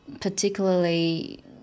particularly